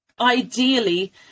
ideally